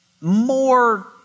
more